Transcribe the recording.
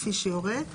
כפי שיורה.